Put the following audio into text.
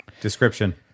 Description